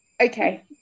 okay